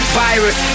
virus